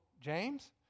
James